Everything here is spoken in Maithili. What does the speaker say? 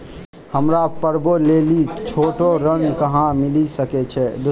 हमरा पर्वो लेली छोटो ऋण कहां मिली सकै छै?